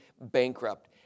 bankrupt